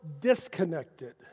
Disconnected